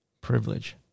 privilege